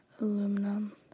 Aluminum